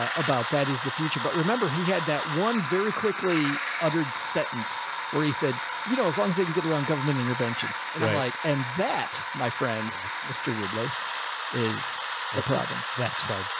ah about that is the future. but remember he had that one very quickly uttered sentence where he said, you know, as long as they can get around government intervention and i'm like, and that my friend, mr. ridley is a problem. that's why,